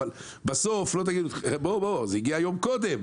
אבל יגידו לאנשים: זה הגיע יום קודם,